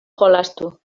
jolastu